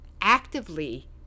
actively